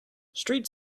street